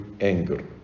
anger